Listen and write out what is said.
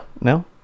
No